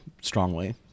strongly